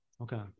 Okay